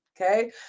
okay